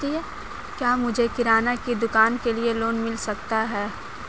क्या मुझे किराना की दुकान के लिए लोंन मिल सकता है?